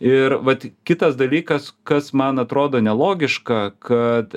ir vat kitas dalykas kas man atrodo nelogiška kad